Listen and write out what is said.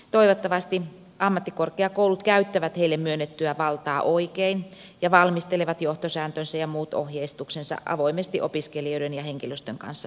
toivottavasti ammattikorkeakoulut käyttävät heille myönnettyä valtaa oikein ja valmistelevat johtosääntönsä ja muut ohjeistuksensa avoimesti opiskelijoiden ja henkilöstön kanssa yhdessä